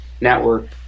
network